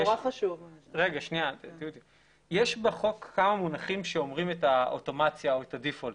בחוק יש כמה מונחים שאומרים את האוטומציה או את הדיפולט.